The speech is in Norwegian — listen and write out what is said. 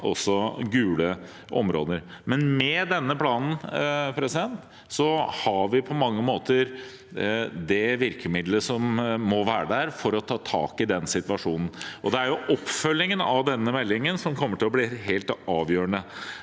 også gule områder. Men med denne planen har vi på mange måter det virkemidlet som må være der for å ta tak i situasjonen. Det er oppfølgingen av denne meldingen som kommer til å bli helt avgjørende,